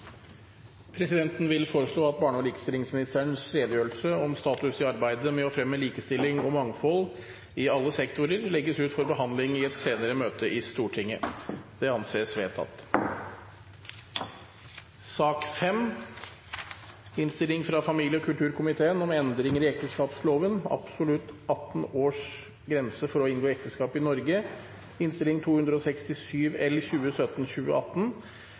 Presidenten vil foreslå at barne- og likestillingsministerens redegjørelse, om status i arbeidet med å fremme likestilling og mangfold i alle sektorer, legges ut for behandling i et senere møte i Stortinget. – Det anses vedtatt. Etter ønske fra familie- og kulturkomiteen